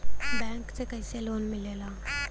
Bank से कइसे loan मिलेला?